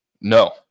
No